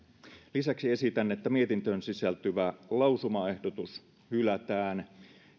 lisäksi esitän että mietintöön sisältyvä lausumaehdotus hylätään